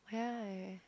ya